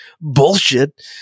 Bullshit